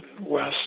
West